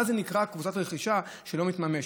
מה זה נקרא קבוצת רכישה שלא מתממשת.